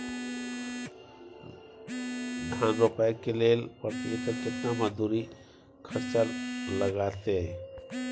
धान रोपय के लेल प्रति एकर केतना मजदूरी खर्चा लागतेय?